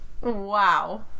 Wow